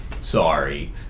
sorry